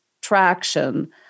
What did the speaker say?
traction